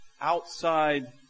Outside